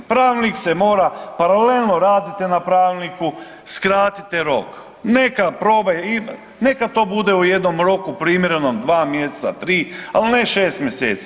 Pravilnik se mora paralelno radite na Pravilniku, skratite rok, neka proba, neka to bude u jednom roku primjerenom 2. mjeseca, 3, al ne 6 mjeseci.